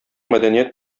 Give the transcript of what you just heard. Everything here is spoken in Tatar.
мәдәният